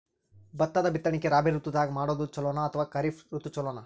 ಭತ್ತದ ಬಿತ್ತನಕಿ ರಾಬಿ ಋತು ದಾಗ ಮಾಡೋದು ಚಲೋನ ಅಥವಾ ಖರೀಫ್ ಋತು ಚಲೋನ?